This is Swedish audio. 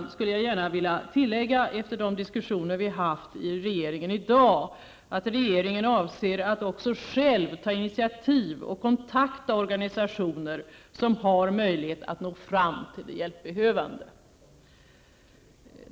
Här skulle jag gärna vilja tillägga, efter de diskussioner vi haft i regeringen i dag, att regeringen avser att också själv ta initiativ och kontakta organisationer som har möjlighet att nå fram till de hjälpbehövande.